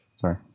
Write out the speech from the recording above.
Sorry